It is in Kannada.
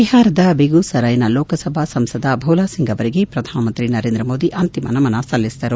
ಬಿಹಾರದ ಬೆಗುಸಾರ್ತೆನ ಲೋಕಸಭಾ ಸಂಸದ ಭೋಲಾ ಸಿಂಗ್ ಅವರಿಗೆ ಪ್ರಧಾನಮಂತ್ರಿ ನರೇಂದ್ರ ಮೋದಿ ಅಂತಿಮ ನಮನ ಸಲ್ಡಿಸಿದರು